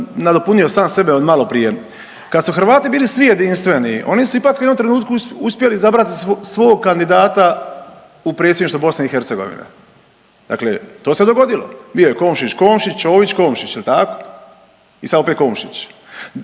nadopunio sam sebe od maloprije, kad su Hrvati bili svi jedinstveni oni su ipak u jednom trenutku uspjeli izabrati svog kandidata u predsjedništvo BiH. Dakle, to se dogodilo. Bio je Komšić Komšić, Čović Komšić jel tako i sad opet Komšić.